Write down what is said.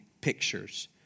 pictures